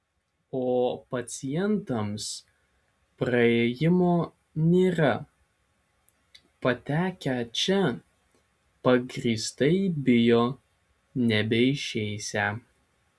o pacientams praėjimo nėra patekę čia pagrįstai bijo nebeišeisią